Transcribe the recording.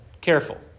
careful